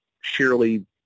surely